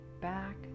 back